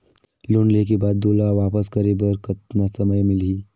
Loan लेहे के बाद ओला वापस करे बर कतना समय मिलही?